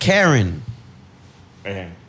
Karen